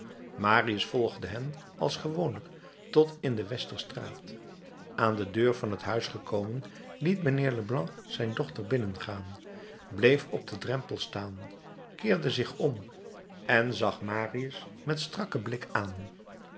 marius volgde hen als gewoonlijk tot in de westerstraat aan de deur van het huis gekomen liet mijnheer leblanc zijn dochter binnengaan bleef op den drempel staan keerde zich om en zag marius met strakken blik aan